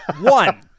One